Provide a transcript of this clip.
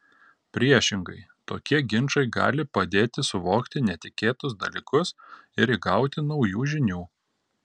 priešingai tokie ginčai gali padėti suvokti netikėtus dalykus ir įgauti naujų žinių